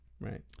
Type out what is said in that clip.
right